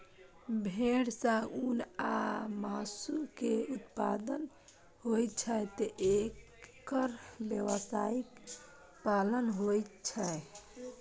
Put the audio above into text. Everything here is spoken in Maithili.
भेड़ सं ऊन आ मासु के उत्पादन होइ छैं, तें एकर व्यावसायिक पालन होइ छै